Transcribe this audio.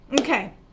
Okay